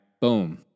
boom